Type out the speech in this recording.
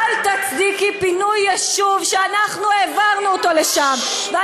אל תצדיקי פינוי יישוב שאנחנו העברנו לשם, ששש.